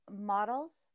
models